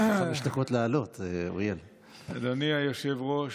אדוני היושב-ראש,